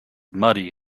muddy